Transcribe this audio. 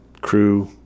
crew